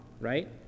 right